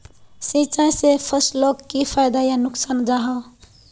सिंचाई से फसलोक की फायदा या नुकसान जाहा?